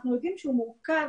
אנחנו יודעים שהוא מורכב